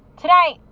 Tonight